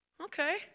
Okay